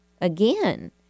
again